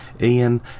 Ian